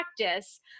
practice